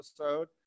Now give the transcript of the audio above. episode